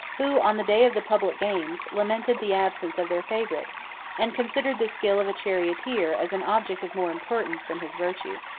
who, on the day of the public games, lamented the absence of their favorite and considered the skill of a charioteer as an object of more importance than his virtue.